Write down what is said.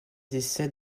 décède